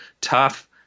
tough